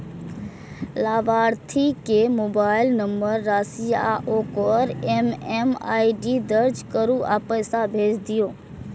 लाभार्थी के mobile number, राशि आ ओकर एम.एम.आई.डी दर्ज करू आ पैसा भेज दियौ